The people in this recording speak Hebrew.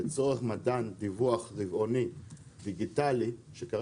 לצורך מתן דיווח רבעוני דיגיטלי כאשר